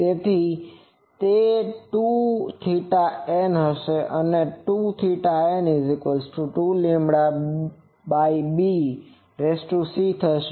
તેથી તે 2θn હશે અને તે 2θn2bc થશે